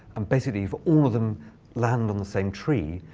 um basically, if all of them landed on the same tree,